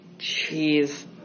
Jeez